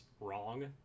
wrong